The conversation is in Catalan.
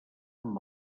amb